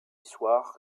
soir